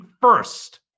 first